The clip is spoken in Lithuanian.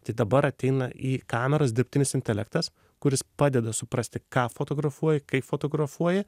tai dabar ateina į kameras dirbtinis intelektas kuris padeda suprasti ką fotografuoji kaip fotografuoji